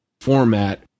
format